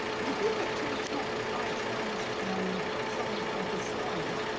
and if you look to the top right hand um side of the slide,